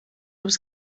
was